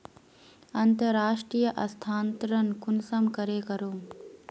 अंतर्राष्टीय स्थानंतरण कुंसम करे करूम?